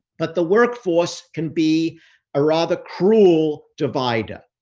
but the workforce can be a rather cruel divider.